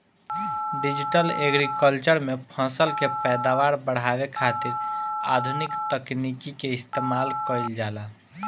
digital agriculture में फसल के पैदावार बढ़ावे खातिर आधुनिक तकनीकी के इस्तेमाल कईल जाला